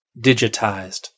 digitized